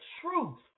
truth